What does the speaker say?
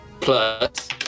plus